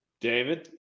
David